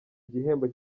igihembo